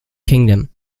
kingdom